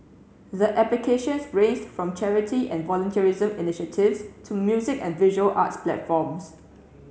the applications ranged from charity and volunteerism initiatives to music and visual arts platforms